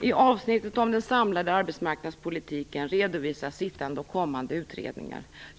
I avsnittet om den samlade arbetsmarknadspolitiken redovisas sittande och kommande utredningar.